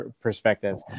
perspective